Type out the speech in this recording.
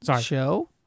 show